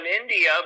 India